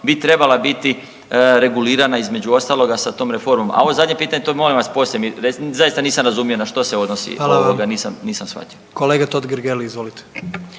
bi trebala biti regulirana između ostaloga sa tom reformom. A ovo zadnje pitanje, to molim vas poslije mi recite, zaista nisam razumio na što se odnosi, ovoga nisam, nisam shvatio. **Jandroković, Gordan